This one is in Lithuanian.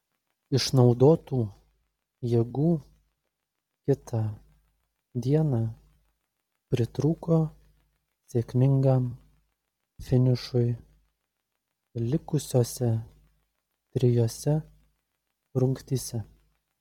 išnaudotų jėgų kitą dieną pritrūko sėkmingam finišui likusiose trijose rungtyse